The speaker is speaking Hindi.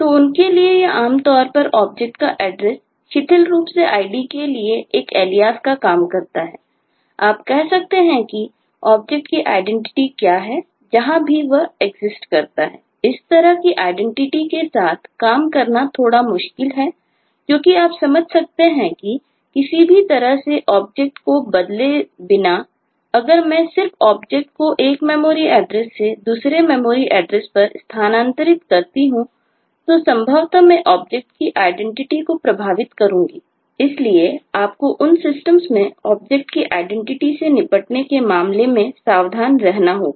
तो उनके लिए यह आमतौर पर ऑब्जेक्ट का एड्रेस शिथिल रूप से ID के लिए एक उपनामएलियास में ऑब्जेक्ट की आइडेंटिटी से निपटने के मामले में सावधान रहना होगा